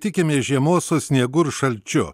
tikimės žiemos su sniegu ir šalčiu